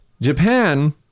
Japan